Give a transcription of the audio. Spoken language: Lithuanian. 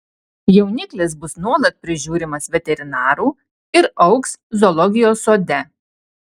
jauniklis bus nuolat prižiūrimas veterinarų ir augs zoologijos sode